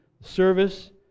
service